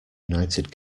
united